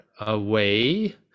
away